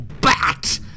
Bat